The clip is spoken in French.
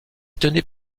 tenait